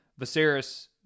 Viserys